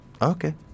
Okay